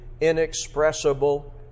inexpressible